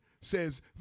says